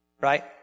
Right